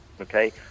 okay